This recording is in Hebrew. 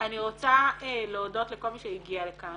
אני רוצה להודות לכל מי שהגיע לכאן.